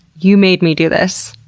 you made me do this.